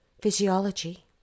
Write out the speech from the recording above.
physiology